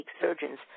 surgeons